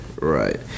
Right